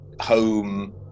home